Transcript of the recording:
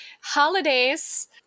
holidays